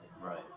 Right